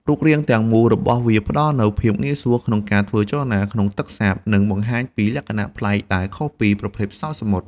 រូបរាងទាំងមូលរបស់វាផ្តល់នូវភាពងាយស្រួលក្នុងការធ្វើចលនាក្នុងទឹកសាប និងបង្ហាញពីលក្ខណៈប្លែកដែលខុសពីប្រភេទផ្សោតសមុទ្រ។